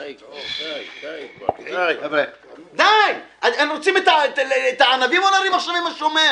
די, אתם רוצים את הענבים או לריב עכשיו עם השומר?